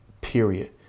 period